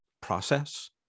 process